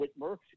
Whitmer